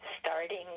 starting